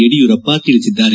ಯಡಿಯೂರಪ್ಪ ತಿಳಿಸಿದ್ದಾರೆ